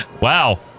Wow